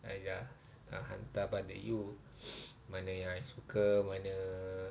I dah hantar pada you mana yang I suka mana